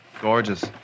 gorgeous